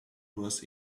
was